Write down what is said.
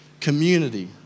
Community